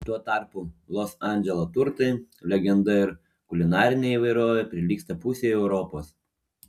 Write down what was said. tuo tarpu los andželo turtai legenda ir kulinarinė įvairovė prilygsta pusei europos